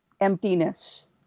emptiness